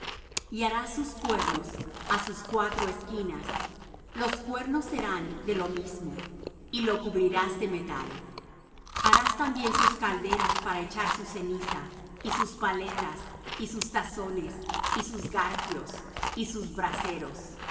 y harás sus cuernos á sus cuatro esquinas los cuernos serán de lo mismo y lo cubrirás de metal harás también sus calderas para echar su ceniza y sus paletas y sus tazones y sus garfios y sus braseros